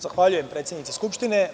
Zahvaljujem predsednice Skupštine.